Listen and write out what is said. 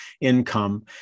income